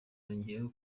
yongeyeho